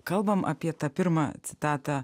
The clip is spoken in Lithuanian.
kalbam apie tą pirmą citatą